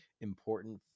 important